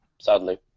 sadly